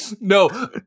No